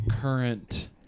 current